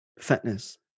fitness